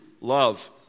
love